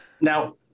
now